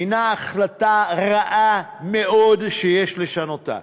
הנה החלטה רעה מאוד שיש לשנותה.